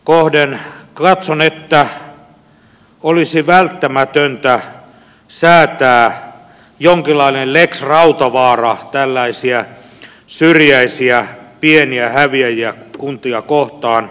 katson että olisi välttämätöntä säätää jonkinlainen lex rautavaara tällaisia syrjäisiä pieniä häviäjäkuntia kohtaan